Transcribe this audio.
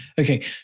Okay